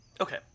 Okay